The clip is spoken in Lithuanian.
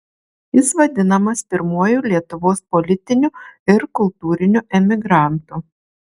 jis vadinamas pirmuoju lietuvos politiniu ir kultūriniu emigrantu